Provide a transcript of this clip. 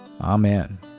Amen